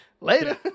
later